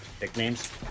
nicknames